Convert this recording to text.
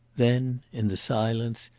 then, in the silence,